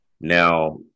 Now